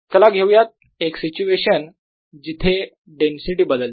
चला घेऊयात एक सिच्युएशन जिथे डेन्सिटी बदलते